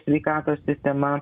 sveikatos sistema